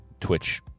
Twitch